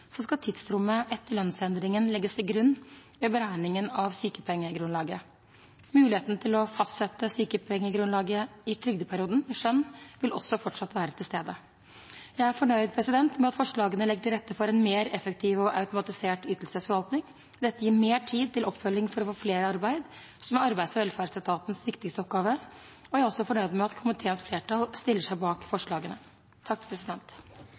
skal tidsrommet etter lønnsendringen legges til grunn ved beregningen av sykepengegrunnlaget. Muligheten til å fastsette sykepengegrunnlaget i trygdeperioden ved skjønn vil også fortsatt være til stede. Jeg er fornøyd med at forslagene legger til rette for en mer effektiv og automatisert ytelsesforvaltning. Dette gir mer tid til oppfølging for å få flere i arbeid, som er arbeids- og velferdsetatens viktigste oppgave. Jeg er også fornøyd med at komiteens flertall stiller seg bak